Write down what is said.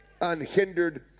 unhindered